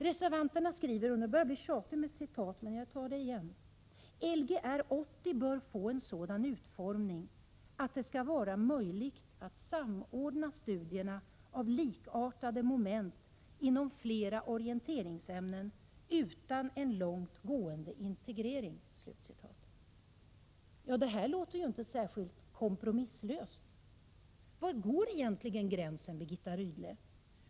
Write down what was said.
Reservanterna skriver — nu börjar jag bli tjatig med citat, men jag citerar ändå: ”Lgr 80 bör få en sådan utformning att det skall vara möjligt att samordna studierna av likartade moment inom flera orienteringsämnen utan en långt gående integrering.” Ja, det här låter ju inte särskilt kompromisslöst. Var går egentligen gränsen, Birgitta Rydle?